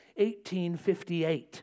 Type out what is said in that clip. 1858